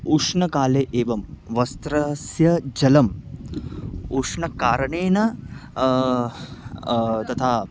उष्णकाले एवं वस्त्रस्य जलम् उष्णं करणेन तथा